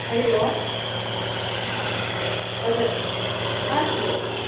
हरि ओं हा वदतु हा श्रूयते श्रू